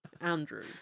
Andrew